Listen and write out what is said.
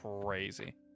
crazy